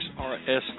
XRS